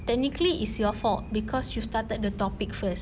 technically it's your fault because you started the topic first